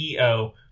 CEO